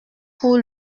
pour